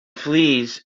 flees